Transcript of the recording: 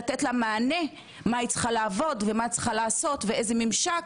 לקבל מענה מה היא צריכה לעשות ואיזה ממשק,